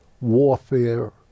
warfare